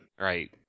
Right